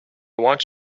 want